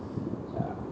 uh